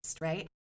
right